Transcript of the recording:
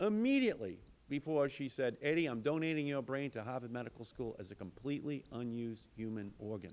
immediately before she said eddy i am donating your brain to harvard medical school as a completely unused human organ